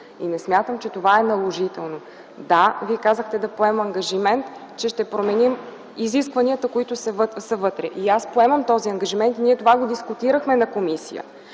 е същината и че това е наложително. Да, Вие казахте да поемем ангажимент, че ще променим изискванията, които са вътре и аз поемам този ангажимент. Ние това го дискутирахме в комисията,